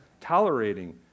tolerating